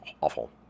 awful